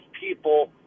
people